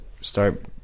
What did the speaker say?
start